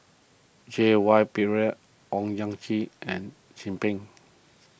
J Y Pillay Owyang Chi and Chin Peng